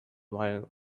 while